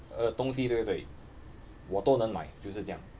uh 东西对不对我都能买就是酱